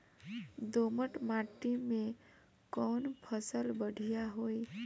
दोमट माटी में कौन फसल बढ़ीया होई?